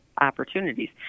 opportunities